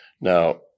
Now